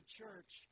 church